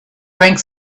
drank